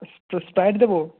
তো স্পা স্প্রাইট দেবো